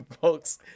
folks